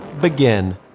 begin